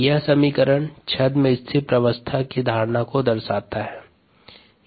यह समीकरण छद्म स्थिर प्रवस्था की धारणा को दर्शाता है